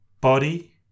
body